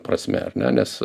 prasme ar ne nes